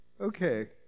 Okay